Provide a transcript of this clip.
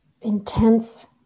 intense